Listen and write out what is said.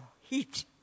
heat